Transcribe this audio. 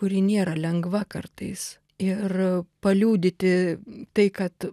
kuri nėra lengva kartais ir paliudyti tai kad